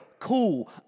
Cool